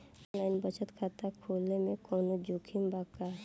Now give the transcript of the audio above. Online बचत खाता खोले में कवनो जोखिम बा का?